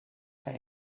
kaj